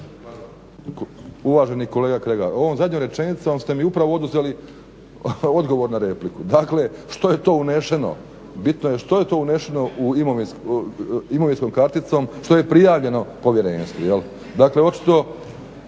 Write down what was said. Uvaženi kolega Kregar, ovom zadnjom rečenicom ste mi upravo oduzeli odgovor na repliku. Dakle, što je to unešeno, bitno je što je to unešeno imovinskom karticom, što je prijavljeno Povjerenstvu. Dakle, očito